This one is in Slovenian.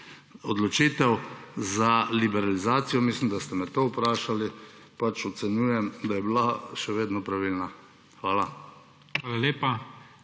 Odločitev za liberalizacijo – mislim, da ste me to vprašali – pač ocenjujem, da je bila še vedno pravilna. Hvala.